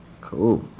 cool